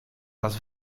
raz